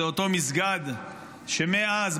זה אותו מסגד שמאז,